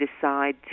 decide